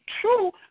true